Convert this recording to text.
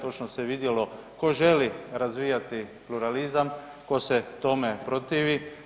Točno se vidjelo tko želi razvijati pluralizam, tko se tome protivi.